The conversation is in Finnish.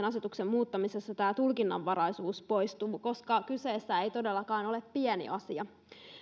asetuksen muuttamisessa tulkinnanvaraisuus poistuu koska kyseessä ei todellakaan ole pieni asia